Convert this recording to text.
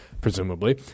presumably